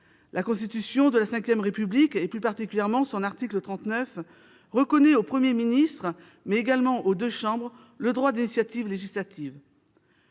La Constitution de la V République, plus particulièrement son article 39, reconnaît au Premier ministre, mais également aux deux chambres, le droit d'initiative législative.